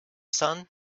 sun